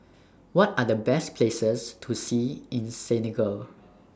What Are The Best Places to See in Senegal